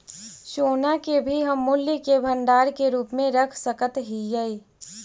सोना के भी हम मूल्य के भंडार के रूप में रख सकत हियई